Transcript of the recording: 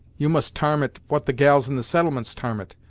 you must tarm it, what the gals in the settlements tarm it,